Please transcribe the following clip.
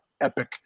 epic